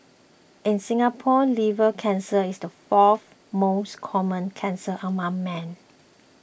in Singapore liver cancer is the fourth most common cancer among men